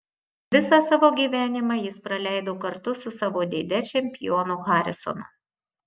visą savo gyvenimą jis praleido kartu su savo dėde čempionu harisonu